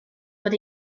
bod